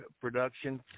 production